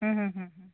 হুম হুম হুম হুম